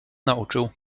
nauczył